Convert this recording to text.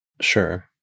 Sure